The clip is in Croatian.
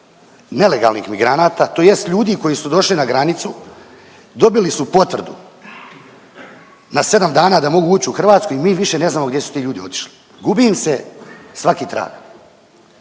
nelegalnih migranata tj. ljudi koji su došli na granicu, dobili su potvrdu na 7 dana da mogu ući u Hrvatsku i mi više ne znamo gdje su ti ljudi otišli. Gubi im se svaki trag.